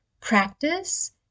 practice